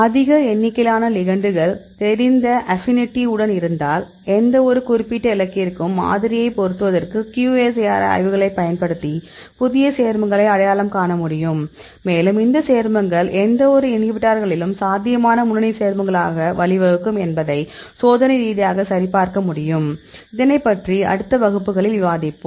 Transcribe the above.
அதிக எண்ணிக்கையிலான லிகெண்டுகள் தெரிந்த ஆப்பினிடி உடன் இருந்தால் எந்தவொரு குறிப்பிட்ட இலக்கிற்கும் மாதிரியைப் பொருத்துவதற்கு QSAR ஆய்வுகளைப் பயன்படுத்தி புதிய சேர்மங்களை அடையாளம் காண முடியும் மேலும் இந்த சேர்மங்கள் எந்தவொரு இன்ஹிபிட்டார்களிலும் சாத்தியமான முன்னணி சேர்மங்களாக வழிவகுக்கும் என்பதை சோதனை ரீதியாக சரிபார்க்க முடியும் இதனைப்பற்றி அடுத்த வகுப்புகளில் விவாதிப்போம்